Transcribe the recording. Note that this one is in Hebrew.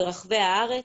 ברחבי הארץ,